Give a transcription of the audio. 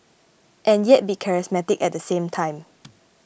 and yet be charismatic at the same time